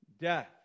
death